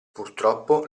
purtroppo